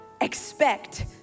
Expect